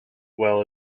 well